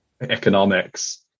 economics